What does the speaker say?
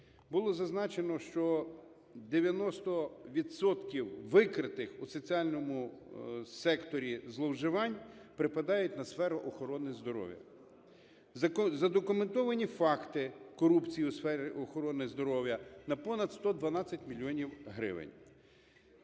Було зазначено, що 90 відсотків викритих у соціальному секторі зловживань припадають на сферу охорони здоров'я. Задокументовані факти корупції у сфері охорони здоров'я на понад 112 мільйонів